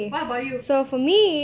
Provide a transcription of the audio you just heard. what about you